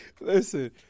listen